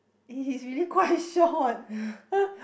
he is really quite short